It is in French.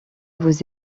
vous